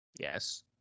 Yes